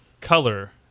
color